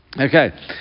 Okay